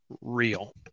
Real